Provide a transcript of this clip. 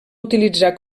utilitzar